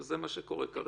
אז זה מה שקורה כרגע.